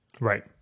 Right